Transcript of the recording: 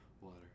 water